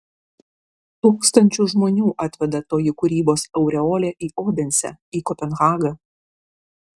tūkstančius žmonių atveda toji kūrybos aureolė į odensę į kopenhagą